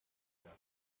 plata